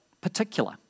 particular